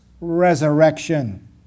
resurrection